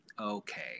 Okay